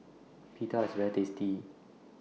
Pita IS very tasty